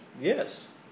Yes